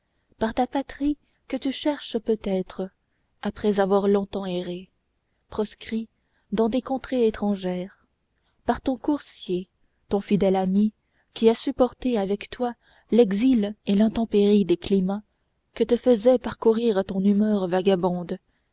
par ta patrie que tu cherches peut-être après avoir longtemps erré proscrit dans des contrées étrangères par ton coursier ton fidèle ami qui a supporté avec toi l'exil et l'intempérie des climats que te faisait parcourir ton humeur vagabonde